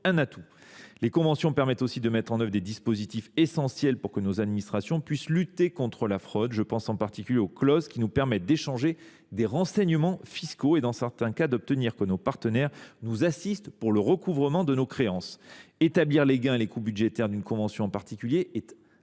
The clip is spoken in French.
Les conventions servent aussi à mettre en œuvre des dispositifs essentiels pour que nos administrations puissent lutter contre la fraude. Je pense en particulier aux clauses qui nous permettent d’échanger des renseignements fiscaux et, dans certains cas, d’obtenir que nos partenaires nous assistent pour le recouvrement de nos créances. Établir les gains et les coûts budgétaires d’une convention en particulier est impossible